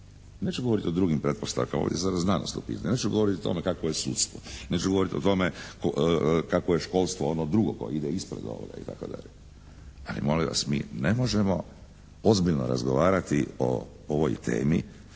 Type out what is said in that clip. Neću govoriti o drugim pretpostavkama ovdje …/Govornik se ne razumije./… znanost u pitanju, neću govoriti o tome kakvo je sudstvo, neću govoriti o tome kakvo je školstvo ono drugo koje ide isto iza ovoga itd., ali molim vas mi ne možemo ozbiljno razgovarati o ovoj temi,